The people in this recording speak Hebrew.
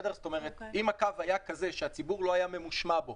אם הקו היה כזה שהציבור לא היה ממושמע בו